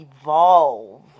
evolve